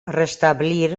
restablir